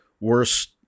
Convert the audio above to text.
worst